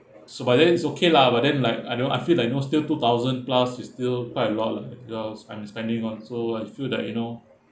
so but then it's okay lah but then like you know I feel like you know still two thousand plus is still quite a lot lah the girls I'm spending on so I feel that you know